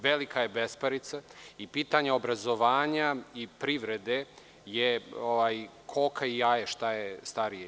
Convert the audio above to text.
Velika je besparica i pitanje obrazovanja i privrede je koka i jaje, šta je starije.